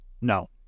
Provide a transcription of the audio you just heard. no